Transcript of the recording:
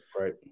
right